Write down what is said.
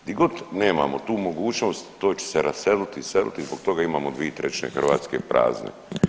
Gdje god nemamo tu mogućnost to će se raseliti, iseliti i zbog toga imamo 2/3 Hrvatske prazne.